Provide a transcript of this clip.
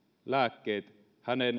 lääkkeet